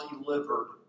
delivered